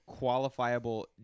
qualifiable